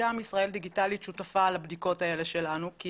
וגם ישראל דיגיטלית שותפה לבדיקות האלה שלנו כי